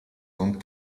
non